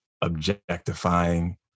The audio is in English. objectifying